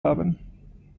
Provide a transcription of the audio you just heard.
haben